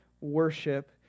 worship